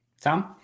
Tom